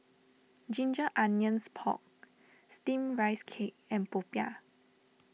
Ginger Onions Pork Steamed Rice Cake and Popiah